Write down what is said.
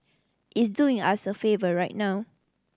it's doing us a favour right now